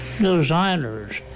Designers